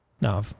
No